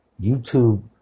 YouTube